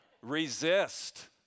Resist